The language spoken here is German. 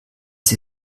sie